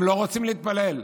הם לא רוצים להתפלל.